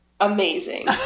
amazing